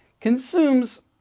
consumes